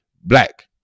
black